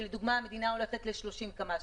לדוגמה שהמדינה הולכת ל-30 קמ"ש.